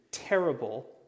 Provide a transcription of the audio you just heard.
terrible